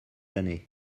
années